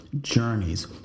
journeys